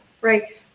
right